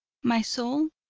my soul,